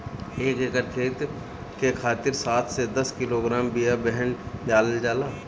एक एकर खेत के खातिर सात से दस किलोग्राम बिया बेहन डालल जाला?